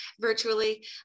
virtually